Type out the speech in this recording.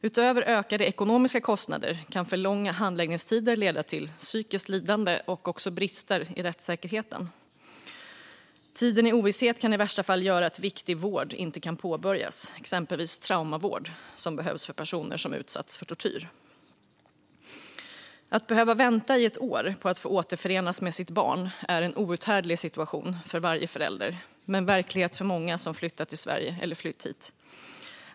Utöver ökade ekonomiska kostnader kan för långa handläggningstider leda till psykiskt lidande och brister i rättssäkerheten. Tiden i ovisshet kan i värsta fall göra att viktig vård inte kan påbörjas, exempelvis traumavård som behövs för personer som utsatts för tortyr. Att behöva vänta i ett år på att få återförenas med sitt barn är en outhärdlig situation för varje förälder, men verklighet för många som flyttat eller flytt till Sverige.